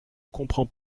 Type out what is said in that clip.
comprends